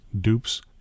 dupes